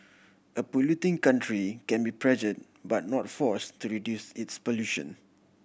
a polluting country can be pressured but not force to reduce its pollution